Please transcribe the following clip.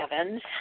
Evans